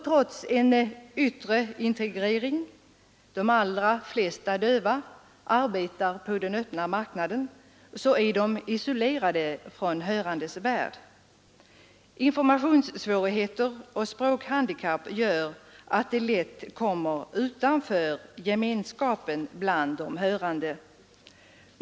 Trots en yttre integrering — de allra flesta döva arbetar på den öppna marknaden — är de isolerade från de hörandes värld. Informationssvårigheter och språkhandikapp gör att de lätt kommer utanför gemenskapen bland de hörande.